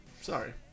Sorry